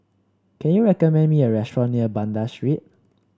can you recommend me a restaurant near Banda Street